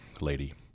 lady